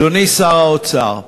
אדוני שר האוצר,